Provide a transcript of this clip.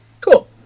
Cool